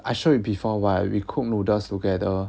I show you before [one] [what] we cook noodles together